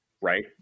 Right